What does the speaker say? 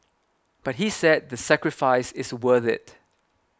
but he said the sacrifice is worth it